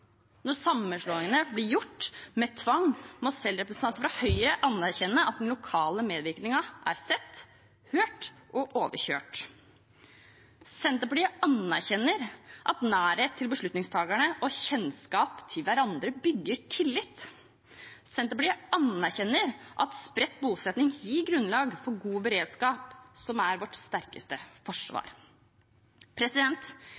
Når sammenslåingene blir gjort med tvang, må selv representanter fra Høyre anerkjenne at den lokale medvirkningen er sett, hørt og overkjørt. Senterpartiet anerkjenner at nærhet til beslutningstakerne og kjennskap til hverandre bygger tillit. Senterpartiet anerkjenner at spredt bosetting gir grunnlag for god beredskap, som er vårt sterkeste